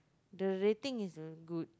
the rating is very good